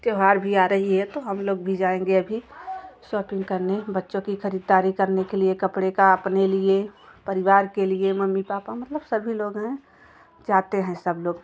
त्यौहार भी आ रहा है तो हम लोग भी जाएँगे अभी सॉपिंग करने बच्चों की ख़रीदारी करने के लिए कपड़ों की अपने लिए परिवार के लिए मम्मी पापा मतलब सभी लोग हैं जाते हैं सब लोग